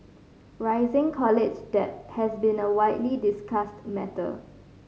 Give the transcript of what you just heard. rising college debt has been a widely discussed matter